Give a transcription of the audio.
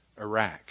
Iraq